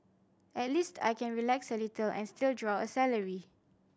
at least I can relax a little and still draw a salary